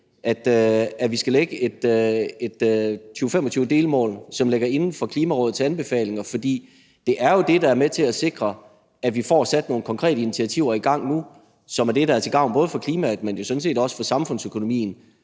at vi skal lægge et 2025-delmål, som ligger inden for Klimarådets anbefalinger? For det er jo det, der er med til at sikre, at vi får sat nogle konkrete initiativer i gang nu, som er det, der er til gavn for klimaet, men jo sådan set også for samfundsøkonomien,